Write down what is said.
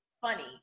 funny